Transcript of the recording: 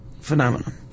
phenomenon